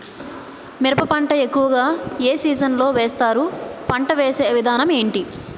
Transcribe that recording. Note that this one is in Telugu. మిరప పంట ఎక్కువుగా ఏ సీజన్ లో వేస్తారు? పంట వేసే విధానం ఎంటి?